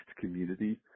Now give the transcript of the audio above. community